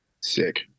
Sick